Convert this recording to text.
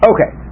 Okay